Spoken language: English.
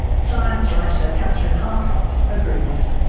science writer kathryn harkup agrees.